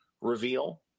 reveal